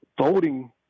voting